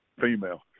Female